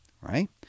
right